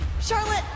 Charlotte